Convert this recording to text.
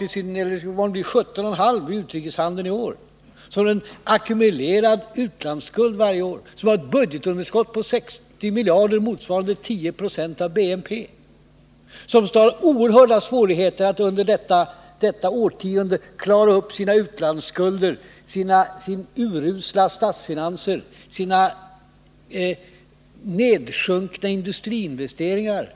i sin utrikeshandel i år, vi ackumulerar utlandsskulden varje år, vi har ett budgetunderskott på 60 miljarder — motsvarande 10 96 av BNP. Vi har oerhörda svårigheter att under detta årtionde klara upp våra utlandsskulder, våra urusla statsfinanser, våra nedsjunkna industriinvesteringar.